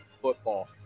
football